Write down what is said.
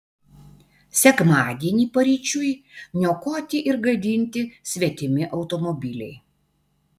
sekmadienį paryčiui niokoti ir gadinti svetimi automobiliai